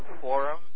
Forum